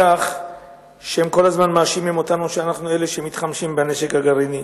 בכך שהם כל הזמן מאשימים אותנו שאנחנו אלה שמתחמשים בנשק הגרעיני.